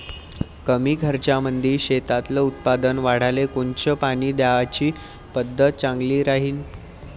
कमी खर्चामंदी शेतातलं उत्पादन वाढाले कोनची पानी द्याची पद्धत चांगली राहीन?